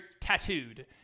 tattooed